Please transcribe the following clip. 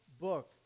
book